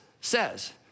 says